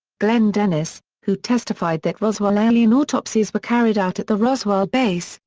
glenn dennis, who testified that roswell alien autopsies were carried out at the roswell base,